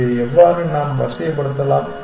இதை நாம் எவ்வாறு வரிசைப்படுத்தலாம்